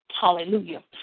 Hallelujah